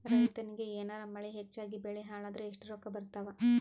ರೈತನಿಗ ಏನಾರ ಮಳಿ ಹೆಚ್ಚಾಗಿಬೆಳಿ ಹಾಳಾದರ ಎಷ್ಟುರೊಕ್ಕಾ ಬರತ್ತಾವ?